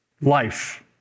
life